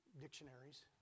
dictionaries